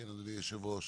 אדוני היושב-ראש,